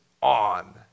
on